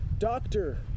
Doctor